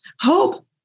hope